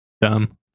dumb